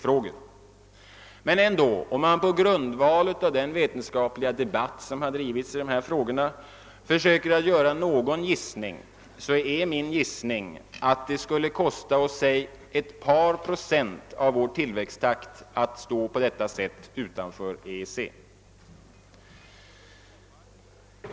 Om man ändå på grundval av den vetenskapliga debatt som har förts i de här frågorna försöker göra någon gissning, skulle den innebära att det skulle kosta oss ett par procent av vår tillväxttakt att stå utanför.